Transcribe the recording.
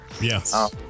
yes